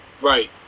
Right